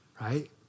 right